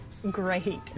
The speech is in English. Great